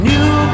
New